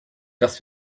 dass